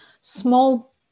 Small